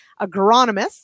agronomists